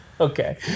Okay